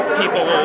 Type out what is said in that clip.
people